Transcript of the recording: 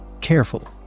Careful